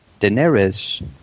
Daenerys